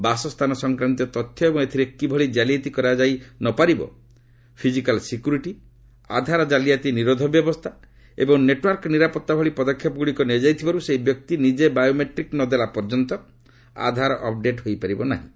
ବାସସ୍ଥାନ ସଂକ୍ରାନ୍ତୀୟ ତଥ୍ୟ ଏବଂ ଏଥିରେ କିଭଳି ଜାଲିଆତି କରାଯାଇ ନ ପାରିବ ଫିଜିକାଲ୍ ସିକ୍ୟୁରିଟି ଆଧାର ଜାଲିଆତି ନିରୋଧ ବ୍ୟବସ୍ଥା ଏବଂ ନେଟ୍ୱର୍କ ନିରାପତ୍ତା ଭଳି ପଦକ୍ଷେପଗୁଡ଼ିକ ନିଆଯାଇଥିବାରୁ ସେହି ବ୍ୟକ୍ତି ନିଜେ ବାୟୋମେଟ୍ରିକ୍ ନଦେଲା ପର୍ଯ୍ୟନ୍ତ ଆଧାର ଅପ୍ଡେଟ୍ ହେଇପାରିବ ନାହିଁ